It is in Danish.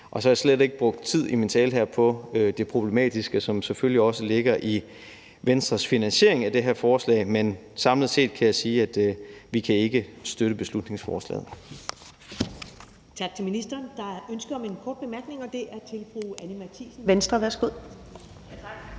Og så har jeg slet ikke brugt tid i min tale her på det problematiske, som selvfølgelig også ligger i Venstres finansiering af det her forslag. Men samlet set kan jeg sige, at vi ikke kan støtte beslutningsforslaget.